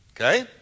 okay